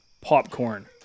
popcorn